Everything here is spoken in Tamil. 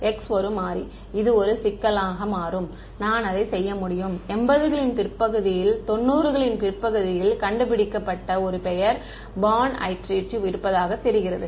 x ஒரு மாறி இது ஒரு சிக்கலாக மாறும் நான் அதை செய்ய முடியும் 80 களின் பிற்பகுதியில் 90 களின் பிற்பகுதியில் கண்டுபிடிக்கப்பட்ட ஒரு பெயர் பார்ன் ஐடெரேட்டிவ் இருப்பதாக தெரிகிறது